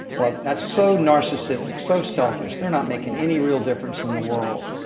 well, that's so narcissistic, so selfish. they're not making any real difference in the world.